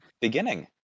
beginning